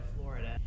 Florida